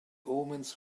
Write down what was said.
omens